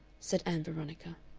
said ann veronica.